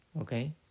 Okay